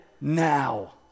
now